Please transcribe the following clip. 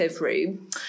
room